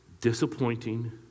disappointing